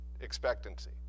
expectancy